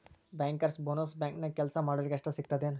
Bankers bonus ಬ್ಯಾಂಕ್ನ್ಯಾಗ್ ಕೆಲ್ಸಾ ಮಾಡೊರಿಗಷ್ಟ ಸಿಗ್ತದೇನ್?